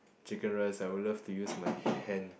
chicken rice I would love to use my hand